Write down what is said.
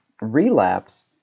Relapse